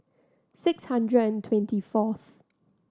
six hundred and twenty fourth